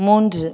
மூன்று